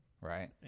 right